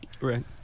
right